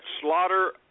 slaughter